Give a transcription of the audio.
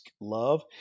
love